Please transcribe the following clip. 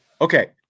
Okay